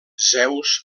zeus